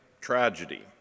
tragedy